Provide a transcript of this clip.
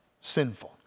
sinful